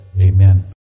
Amen